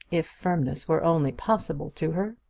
if firmness were only possible to her.